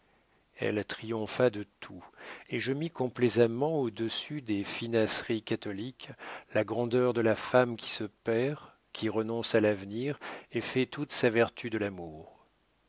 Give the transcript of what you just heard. elle triompha de tout et je mis complaisamment au-dessus des finasseries catholiques la grandeur de la femme qui se perd qui renonce à l'avenir et fait toute sa vertu de l'amour